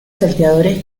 salteadores